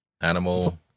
Animal